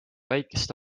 väikest